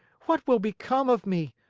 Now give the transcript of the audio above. what will become of me?